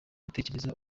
gutegereza